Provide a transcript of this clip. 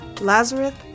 Lazarus